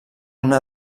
una